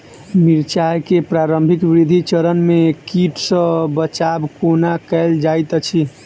मिर्चाय केँ प्रारंभिक वृद्धि चरण मे कीट सँ बचाब कोना कैल जाइत अछि?